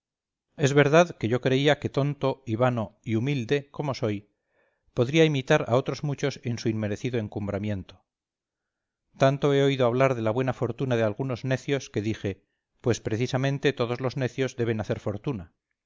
es verdad que yo creía que tonto y vano y humilde como soy podría imitar a otros muchos en su inmerecido encumbramiento tanto he oído hablar de la buena fortuna de algunos necios que dije pues precisamente todos los necios deben hacer fortuna